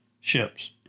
ships